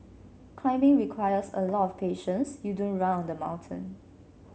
climbing requires a lot of patience you don't run on the mountain